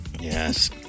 Yes